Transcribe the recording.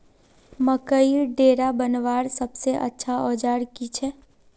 मकईर डेरा बनवार सबसे अच्छा औजार की छे?